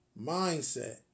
mindset